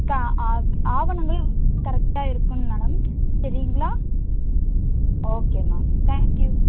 தா ஆவணங்கள் கரெக்டாக இருக்கணும் மேடம் சரிங்களா ஓகே மேம் தேங்க்கியூ